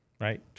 right